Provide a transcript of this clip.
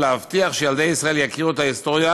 ולהבטיח שילדי ישראל יכירו את ההיסטוריה